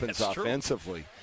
offensively